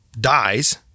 dies